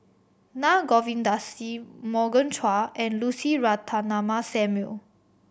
Naa Govindasamy Morgan Chua and Lucy Ratnammah Samuel